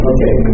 Okay